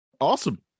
Awesome